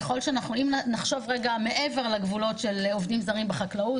אם נחשוב רגע מעבר לגבולות של עובדים זרים בחקלאות,